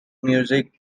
music